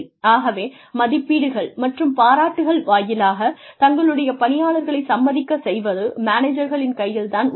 ஆகவே மதிப்பீடுகள் மற்றும் பாராட்டுகள் வாயிலாக தங்களுடைய பணியாளர்களைச் சம்மதிக்கச் செய்வது மேனேஜர்களின் கையில் தான் உள்ளது